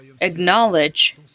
acknowledge